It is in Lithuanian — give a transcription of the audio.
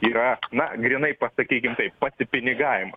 yra na grynai pasakykit taip yra pasipinigavimas